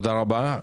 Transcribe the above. תודה רבה.